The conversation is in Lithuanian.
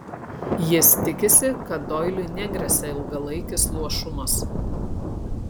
jis tikisi kad doiliui negresia ilgalaikis luošumas